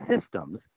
systems